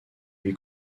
lui